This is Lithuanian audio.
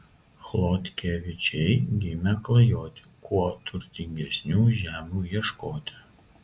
chodkevičiai gimę klajoti kuo turtingesnių žemių ieškoti